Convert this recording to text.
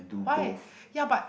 why ya but